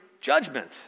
judgment